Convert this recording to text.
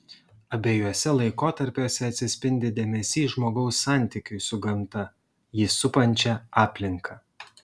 abiejuose laikotarpiuose atsispindi dėmesys žmogaus santykiui su gamta jį supančia aplinka